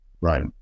Right